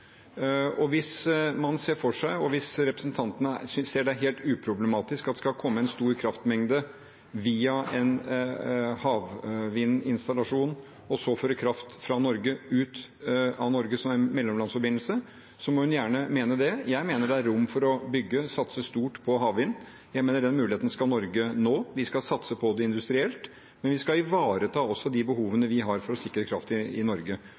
Hvis representanten synes det er helt uproblematisk at det skal komme en stor kraftmengde via en havvindinstallasjon, og så føre kraft fra Norge ut av Norge som en mellomlandsforbindelse, må hun gjerne mene det. Jeg mener det er rom for å bygge og satse stort på havvind, og jeg mener Norge skal gripe den muligheten. Vi skal satse på det industrielt, og vi skal også ivareta de behovene vi har for å sikre kraft i Norge.